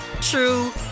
true